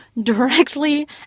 directly